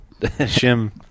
Shim